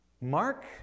Mark